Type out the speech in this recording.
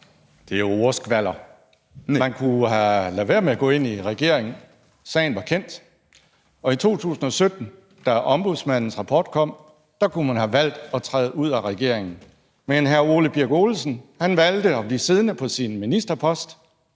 Det er ordskvalder. Man kunne have ladet være med at gå ind i en regering. Sagen var kendt, og i 2017, da Ombudsmandens rapport kom, kunne man have valgt at træde ud af regeringen. Men hr. Ole Birk Olesen valgte at blive siddende på sin ministerpost,